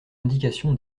indication